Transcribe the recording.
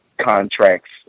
contracts